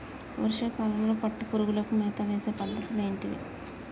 వర్షా కాలంలో పట్టు పురుగులకు మేత వేసే పద్ధతులు ఏంటివి?